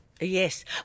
Yes